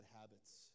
habits